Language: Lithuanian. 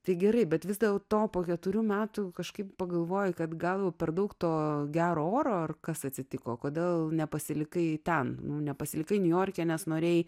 tai gerai bet vis dėlto po keturių metų kažkaip pagalvoji kad gal per daug to gero oro kas atsitiko kodėl nepasilikai ten nepasilikai niujorke nes norėjai